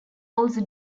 also